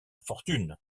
fortune